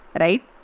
right